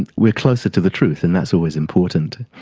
and we're closer to the truth and that's always important.